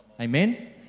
Amen